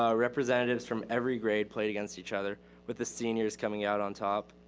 ah representatives from every grade played against each other with the seniors coming out on top.